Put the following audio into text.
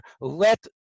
let